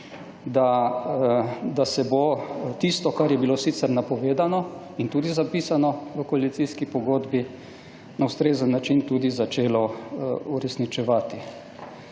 da se bo tisto, kar je bilo sicer napovedano in tudi zapisano v koalicijski pogodbi, na ustrezen način tudi začelo uresničevati.